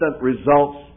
results